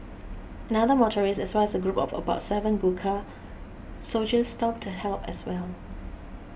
another motorist as well as a group of about seven Gurkha soldiers stopped to help as well